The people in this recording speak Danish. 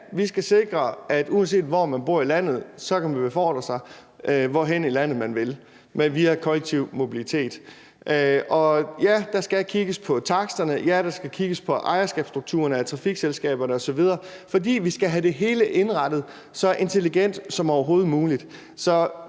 vi skal sikre, at man, uanset hvor man bor i landet, kan befordre sig, hvorhen i landet man vil, via kollektiv mobilitet. Ja, der skal kigges på taksterne, og ja, der skal kigges på ejerskabsstrukturerne af trafikselskaberne osv., fordi vi skal have det hele indrettet så intelligent som overhovedet muligt.